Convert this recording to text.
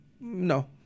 No